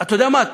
אתה יודע מה,